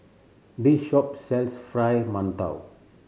this shop sells Fried Mantou